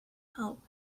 help